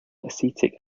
acetic